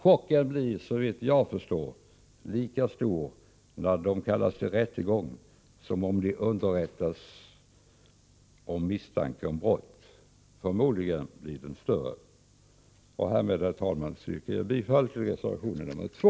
Chocken blir så vitt jag förstår lika stor när det kallas till rättegång, som om de underrättas om misstanke om brott. Förmodligen blir den större. Därmed, herr talman yrkar jag bifall till reservation nr 2.